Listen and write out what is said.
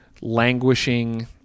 languishing